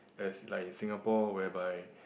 as like in Singapore whereby